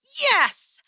Yes